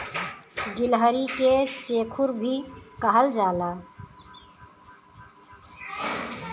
गिलहरी के चेखुर भी कहल जाला